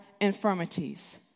infirmities